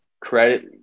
credit